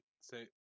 say